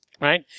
right